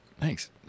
Thanks